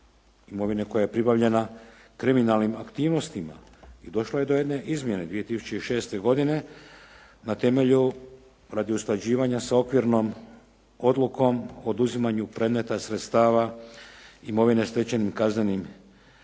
imovine koja je pribavljena kriminalnim aktivnostima. I došlo je do jedne izmjene 2006. godine na temelju, radi usklađivanja sa okvirnom odlukom o oduzimanju predmeta sredstava, imovine stečenim kaznenim djelima,